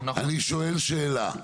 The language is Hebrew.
אני שואל שאלה,